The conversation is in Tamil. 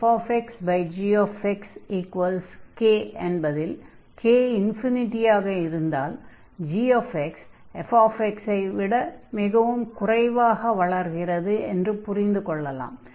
மேலும் fg k என்பதில் k∞ ஆக இருந்தால் gx fx ஐ விட மிகவும் குறைவாக வளர்கிறது என்று புரிந்து கொள்ளலாம்